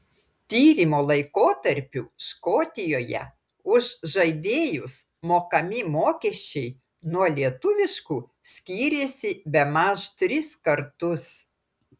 tyrimo laikotarpiu škotijoje už žaidėjus mokami mokesčiai nuo lietuviškų skyrėsi bemaž tris kartus